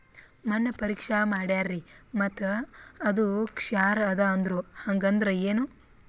ಮಣ್ಣ ಪರೀಕ್ಷಾ ಮಾಡ್ಯಾರ್ರಿ ಮತ್ತ ಅದು ಕ್ಷಾರ ಅದ ಅಂದ್ರು, ಹಂಗದ್ರ ಏನು?